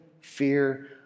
fear